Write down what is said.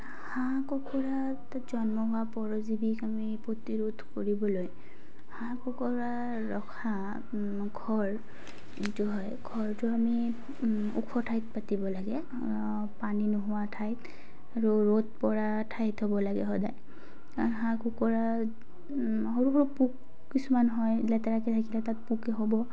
হাঁহ কুকুৰা জন্ম হোৱা পৰজীৱিক আমি প্ৰতিৰোধ কৰিবলৈ হাঁহ কুকুৰা ৰখা ঘৰ যিটো হয় ঘৰটো আমি ওখ ঠাইত পাতিব লাগে পানী নোহোৱা ঠাইত আৰু ৰ'দ পৰা ঠাইত হ'ব লাগে সদায় কাৰণ হাঁহ কুকুৰা সৰু সৰু পোক কিছুমান হয় লেতেৰাকৈ ৰাখিলে তাত পোক হ'ব